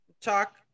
talk